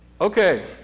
Okay